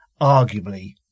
arguably